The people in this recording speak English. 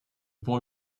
boy